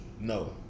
no